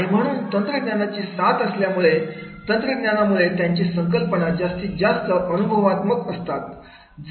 आणि म्हणून तंत्रज्ञानाची साथ असल्यामुळे तंत्रज्ञानामुळे त्यांची संकल्पना जास्तीत जास्त अनुभवात्मक असतात